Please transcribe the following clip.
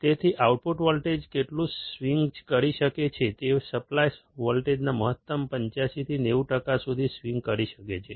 તેથી output voltage કેટલું swing કરી શકે છે તે સપ્લાય વોલ્ટેજના મહત્તમ 85 થી 90 ટકા સુધી સ્વિંગ કરી શકે છે